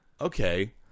Okay